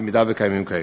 במידה שקיימים כאלה.